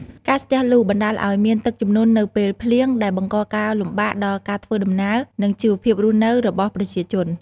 ការស្ទះលូ បណ្តាលឲ្យមានទឹកជំនន់នៅពេលភ្លៀង ដែលបង្កការលំបាកដល់ការធ្វើដំណើរ និងជីវភាពរស់នៅរបស់ប្រជាជន។